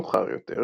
מאוחר יותר,